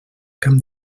camp